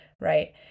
right